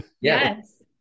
yes